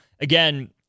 Again